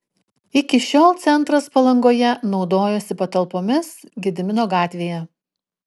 iki šiol centras palangoje naudojosi patalpomis gedimino gatvėje